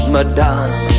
Madame